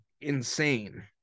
Insane